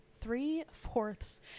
Three-fourths